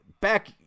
back